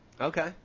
Okay